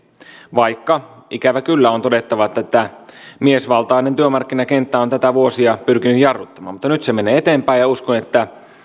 vaikka ikävä kyllä on todettava että miesvaltainen työmarkkinakenttä on tätä vuosia pyrkinyt jarruttamaan mutta nyt se menee eteenpäin ja ja uskon että